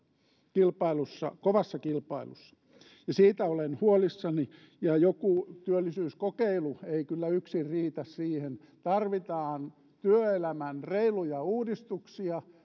kilpailussa kovassa kilpailussa ja siitä olen huolissani joku työllisyyskokeilu ei kyllä yksin riitä siihen tarvitaan työelämän reiluja uudistuksia